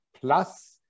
Plus